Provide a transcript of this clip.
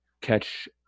catch